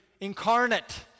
incarnate